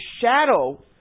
shadow